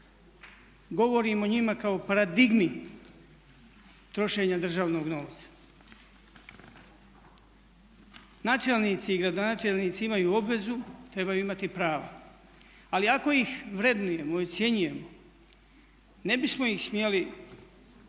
govorim o njima kao paradigmi trošenja državnog novca. Načelnici i gradonačelnici imaju obvezu, trebaju imati i prava. Ali ako ih vrednujemo i ocjenjujemo ne bismo ih smjeli